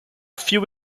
few